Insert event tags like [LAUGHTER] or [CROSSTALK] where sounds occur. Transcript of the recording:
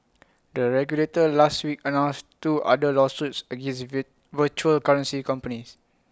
the regulator last week announced two other lawsuits against [UNINTELLIGIBLE] virtual currency companies